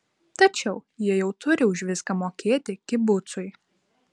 tačiau jie jau turi už viską mokėti kibucui